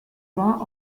vingt